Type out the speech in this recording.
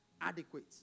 adequate